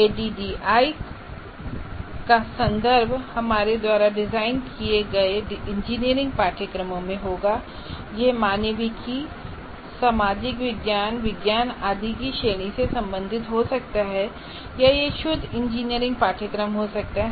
ADDIE कासंदर्भ हमारे द्वारा डिज़ाइन किए गए इंजीनियरिंग पाठ्यक्रमों में होगा यह मानविकी सामाजिक विज्ञान विज्ञान आदि की श्रेणी से संबंधित हो सकता है या यह शुद्ध इंजीनियरिंग पाठ्यक्रम हो सकता है